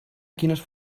quines